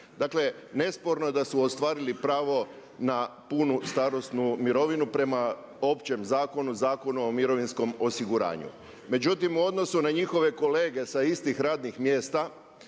Dakle nesporno je da su ostvarili pravo na punu starosnu mirovinu prema općem zakonu, Zakonu o mirovinskom osiguranju. Međutim, u odnosu na njihove kolege sa istih radnih mjesta